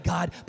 God